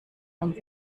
beim